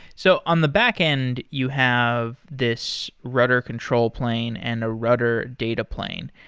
so on the backend, you have this rudder control plane and a rudder data plane.